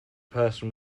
person